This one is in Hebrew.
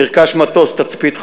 נרכש מטוס תצפית חדש,